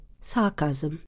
Sarcasm